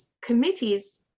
committees